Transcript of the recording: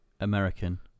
American